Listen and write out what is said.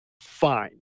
fine